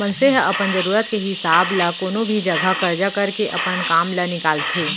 मनसे ह अपन जरूरत के हिसाब ल कोनो भी जघा करजा करके अपन काम ल निकालथे